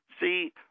See